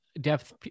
depth